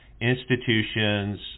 institutions